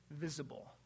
visible